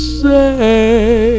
say